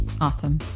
Awesome